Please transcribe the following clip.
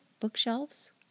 bookshelves